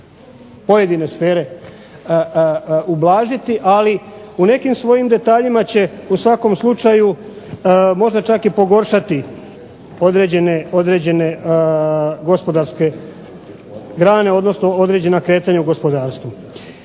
pojedine sfere ublažiti ali u nekim svojim detaljima će u svakom slučaju možda čak pogoršati određene gospodarske grane odnosno određena kretanja u gospodarstvu.